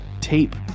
tape